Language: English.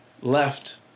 left